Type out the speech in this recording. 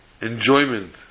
enjoyment